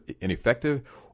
ineffective